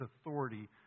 authority